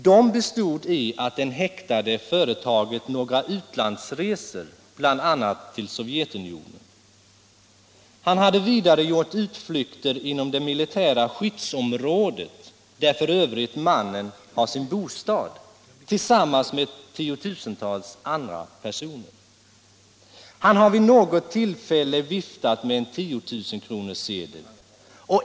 De bestod i att den häktade företagit några utlandsresor, bl.a. till Sovjetunionen. Han har vidare gjort utflykter inom militärt skyddsområde, där f. ö. mannen har sin bostad, tillsammans med tiotusentals andra personer. Han har vid något tillfälle viftat med en 10 000-kronorssedel.